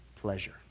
pleasure